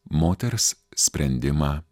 moters sprendimą